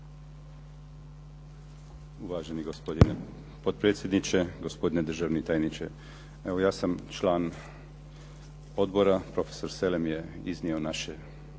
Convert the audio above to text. Uvaženi gospodine potpredsjedniče, gospodine državni tajniče. Evo ja sam član odbora, profesor Selem je iznio naše nekakve